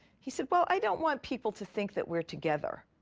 he said, well, i don't want people to think that we're together.